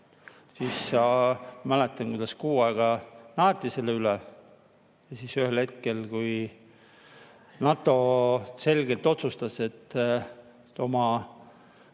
Ma mäletan, kuidas kuu aega naerdi selle üle. Ja siis ühel hetkel NATO selgelt otsustas, et oma